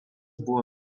buvo